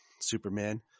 Superman